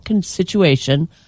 situation